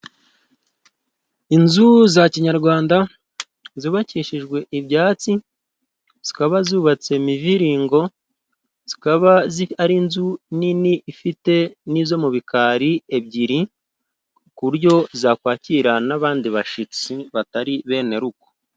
Inzu za kinyarwanda zubakishijwe ibyatsi, zikaba zubatse miviringo, zikaba ari inzu nini ifite n'izo mu bikari ebyiri, ku buryo zakwakira n'abandi bashyitsi batari bene urugo.